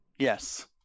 Yes